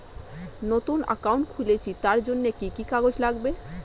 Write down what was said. নতুন অ্যাকাউন্ট খুলছি তার জন্য কি কি কাগজ লাগবে?